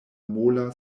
mola